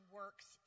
works